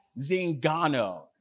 Zingano